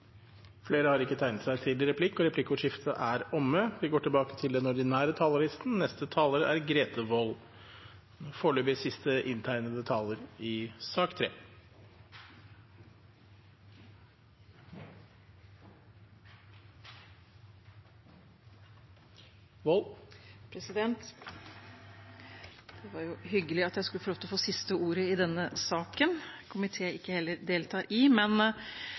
Replikkordskiftet er omme. De talere som heretter får ordet, har også en taletid på 3 minutter. Grete Wold er foreløpig sist inntegnede taler i sak nr. 3. Det var hyggelig at jeg skulle få lov til å få siste ordet i denne saken, fra en komité jeg heller